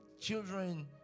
children